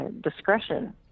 discretion –